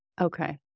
Okay